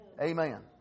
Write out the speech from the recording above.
Amen